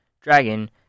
Dragon